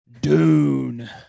dune